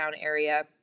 area